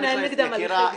ננהל נגדם הליכי גבייה.